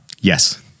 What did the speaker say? Yes